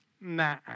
Nah